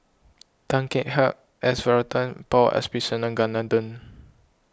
Tan Kek Hiang S Varathan Paul Abisheganaden